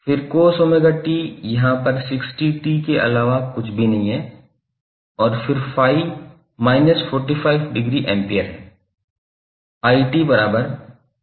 फिर cos omega t यहां पर 60t के अलावा कुछ भी नहीं है और फिर Phi minus 45 डिग्री एम्पीयर है